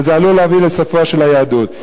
וזה עלול להביא לסופה של היהדות.